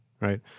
right